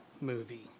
movie